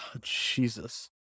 Jesus